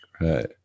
right